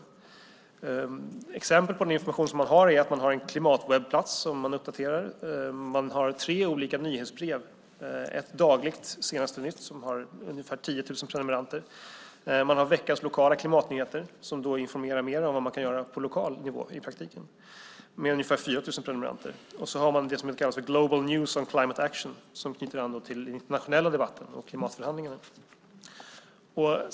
Ett exempel på den information man har är en klimatwebbplats som man uppdaterar. Man har tre olika nyhetsbrev: ett dagligt senaste nytt, som har ungefär 10 000 prenumeranter, veckans lokala klimatnyheter, som informerar mer om vad man kan göra på lokal nivå i praktiken och har ungefär 4 000 prenumeranter, samt Global news on climate action , som knyter an till den internationella debatten om klimatförhandlingarna.